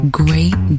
great